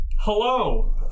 Hello